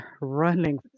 running